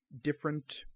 different